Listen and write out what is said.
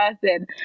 person